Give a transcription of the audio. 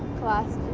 classy.